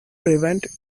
prevent